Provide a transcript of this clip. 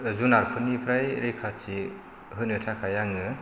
जुनारफोरनिफ्राय रैखाथि होनो थाखाय आङो